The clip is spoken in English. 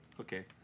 Okay